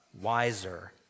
Wiser